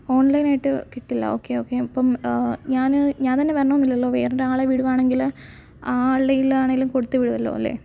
online ആയിട്ട് കിട്ടില്ല okay okay അപ്പം ഞാൻ ഞാൻ തന്നെ വരണം എന്നില്ലല്ലോ വേറെ ഒരാളെ വിടുകയാണെങ്കിൽ ആ ആളുടെ കയ്യിൽ ആണെങ്കിലും കൊടുത്തു വിടുമല്ലോ അല്ലേ